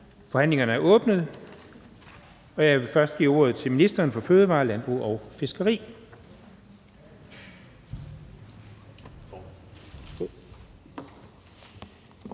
Forhandlingen er åbnet, og den første, der får ordet, er ministeren for fødevarer, landbrug og fiskeri.